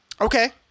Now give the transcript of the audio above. Okay